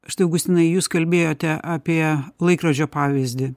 štai augustinai jūs kalbėjote apie laikrodžio pavyzdį